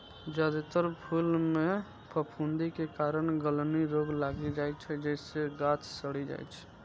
जादेतर फूल मे फफूंदी के कारण गलनी रोग लागि जाइ छै, जइसे गाछ सड़ि जाइ छै